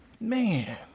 Man